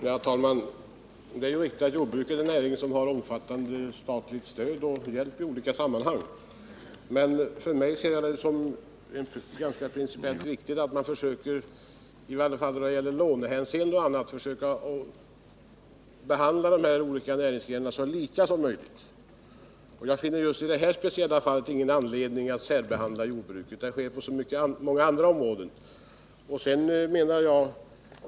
Herr talman! Det är riktigt att jordbruket är en näring som har omfattande statligt stöd och hjälp i olika sammanhang. Men för mig är det principiellt viktigt att man i varje fall i lånehänseende försöker behandla de olika näringsgrenarna så lika som möjligt. Jag finner just i detta speciella fall ingen anledning att särbehandla jordbruket. Det sker på så många andra områden.